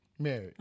Married